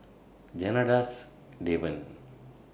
Janadas Devan